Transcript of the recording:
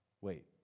Wait